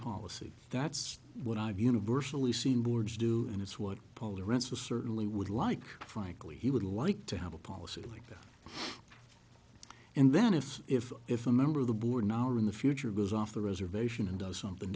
policy that's what i've universally seen boards do and it's what paul the rents are certainly would like frankly he would like to have a policy like that and then if if if a member of the board now or in the future goes off the reservation and does something